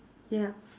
ya